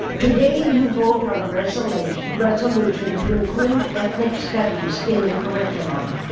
today you vote on a resolution resolution to include ethnic studies in the curriculum.